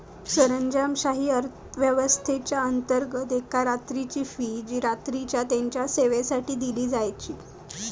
सरंजामशाही व्यवस्थेच्याअंतर्गत एका रात्रीची फी जी रात्रीच्या तेच्या सेवेसाठी दिली जावची